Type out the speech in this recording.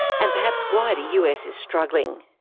and perhaps why the us is struggling.